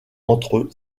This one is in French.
entre